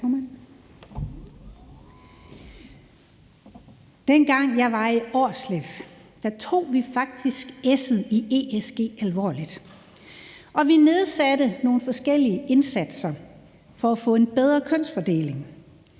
Dengang jeg var i Aarsleff A/S, tog vi faktisk S'et i ESG alvorligt, og vi igangsatte nogle forskellige indsatser for at få en bedre kønsfordeling.